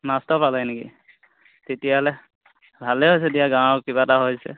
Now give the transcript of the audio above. নাত্ত পালে নেকি তেতিয়াহ'লে ভালেই হৈছে দিয়া গাঁৱৰ কিবা এটা হৈছে